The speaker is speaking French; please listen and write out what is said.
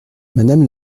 madame